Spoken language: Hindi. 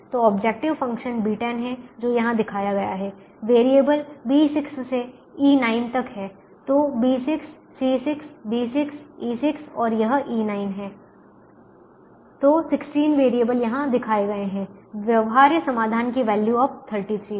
तो ऑब्जेक्टिव फंक्शन B10 है जो यहां दिखाया गया है वेरिएबल B6 से E9 तक हैं तो B6 C6 B6 E6 और यह E9 हैं तो 16 वेरिएबल यहां दिखाए गए हैं व्यवहार्य समाधान की वैल्यू अब 33 है